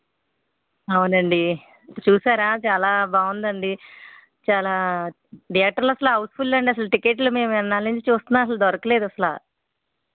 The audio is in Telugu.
అవునండి చూసారా చాలా బావుందండి చాలా థియేటర్లు అసలు హౌస్ ఫుల్ అండి అసలు టికెట్లు మేము ఎన్నాళ్ళ నుంచి చూస్తున్నా అసలు దొరకలేదు అసల